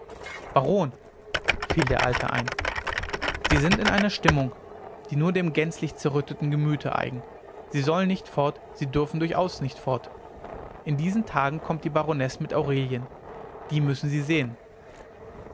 baron fiel der alte ein sie sind in einer stimmung die nur dem gänzlich zerrütteten gemüte eigen sie sollen nicht fort sie dürfen durchaus nicht fort in diesen tagen kommt die baronesse mit aurelien die müssen sie sehen